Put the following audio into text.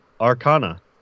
Arcana